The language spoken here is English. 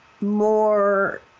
more